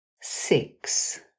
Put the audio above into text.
Six